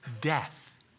death